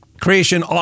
creation